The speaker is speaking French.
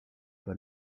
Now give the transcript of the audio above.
pas